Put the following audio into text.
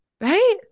right